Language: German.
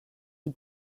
die